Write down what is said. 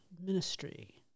Ministry